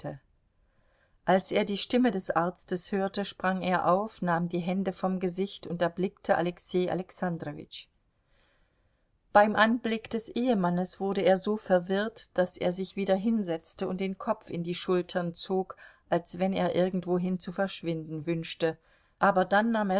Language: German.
als er die stimme des arztes hörte sprang er auf nahm die hände vom gesicht und erblickte alexei alexandrowitsch beim anblick des ehemannes wurde er so verwirrt daß er sich wieder hinsetzte und den kopf in die schultern zog als wenn er irgendwohin zu verschwinden wünschte aber dann nahm er